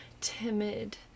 timid